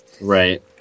right